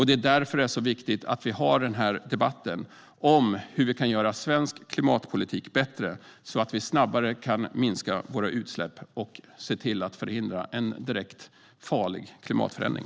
Det är därför det är så viktigt att vi har den här debatten om hur vi kan göra svensk klimatpolitik bättre så att vi snabbare kan minska våra utsläpp och se till att förhindra en direkt farlig klimatförändring.